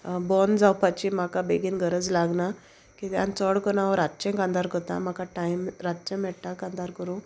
bone जावपाची म्हाका बेगीन गरज लागना कित्या चोड करून हांव रातचें कांतार कोत्ता म्हाका टायम रातचें मेट्टा कांतार करूं